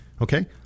Okay